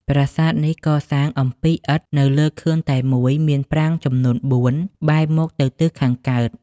ប្រាសាទនេះកសាង អំពីឥដ្ឋ នៅលើខឿនតែមួយ មានប្រាង្គ ចំនួន ៤ បែរមុខទៅទិសខាងកើត។